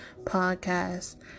podcast